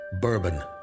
Bourbon